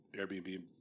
Airbnb